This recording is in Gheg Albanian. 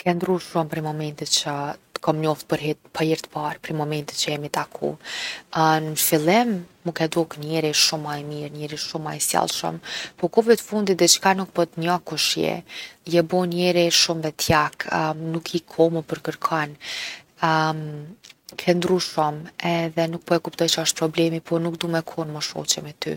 Ke ndrru shumë prej momentit që t’kom njoft për herë t’parë, prej momentit që jemi taku. n’fillim mu ke dok njeri shumë ma i mirë, njeri shumë ma i sjellshëm. Po kohve t’fundit diçka nuk po t’njoh kush je. Je bo njeri shumë vetjak, nuk kohë mo për kërkon. ke ndrru shumë edhe nuk po e kuptoj çka osht problem po unë nuk du me kon mo shoqe me ty.